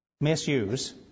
misuse